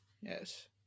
Yes